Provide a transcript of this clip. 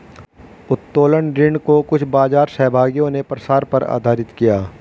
उत्तोलन ऋण को कुछ बाजार सहभागियों ने प्रसार पर आधारित किया